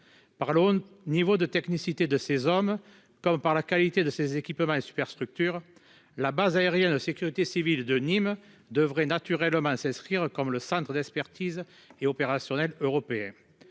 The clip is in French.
par le haut niveau de technicité de ses hommes comme par la qualité de ses équipements et superstructures, la base aérienne de sécurité civile de Nîmes-devrait naturellement s'inscrire comme le Centre d'expertise et opérationnel européen